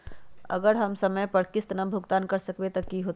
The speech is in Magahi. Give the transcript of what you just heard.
अगर हम समय पर किस्त भुकतान न कर सकवै त की होतै?